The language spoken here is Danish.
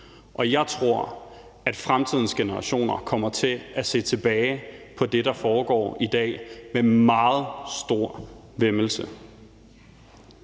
Og jeg tror, at fremtidens generationer kommer til at se tilbage på det, der foregår i dag, med meget stor væmmelse.